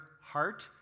heart